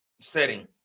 setting